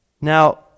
Now